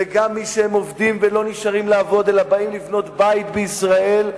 וגם במי שהם עובדים ולא נשארים לעבוד אלא באים לבנות בית בישראל,